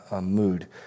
mood